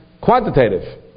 quantitative